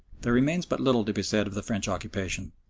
there remains but little to be said of the french occupation.